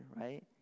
right